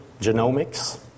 genomics